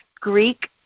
greek